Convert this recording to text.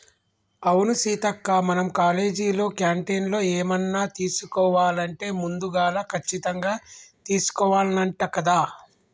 అవును సీతక్క మనం కాలేజీలో క్యాంటీన్లో ఏమన్నా తీసుకోవాలంటే ముందుగాల కచ్చితంగా తీసుకోవాల్నంట కదా